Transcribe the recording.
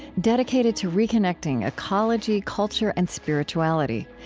dedicated to reconnecting ecology, culture, and spirituality.